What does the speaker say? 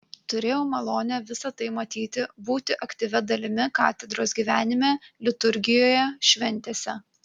turėjau malonę visa tai matyti būti aktyvia dalimi katedros gyvenime liturgijoje šventėse